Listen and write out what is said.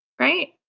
right